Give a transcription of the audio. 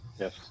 Yes